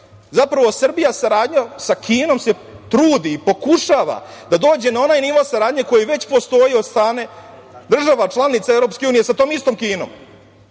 Zapravo, Srbija saradnjom sa Kinom se trudi, pokušava da dođe na onaj nivo saradnje koji već postoji od strane država članica EU sa tom istom Kinom.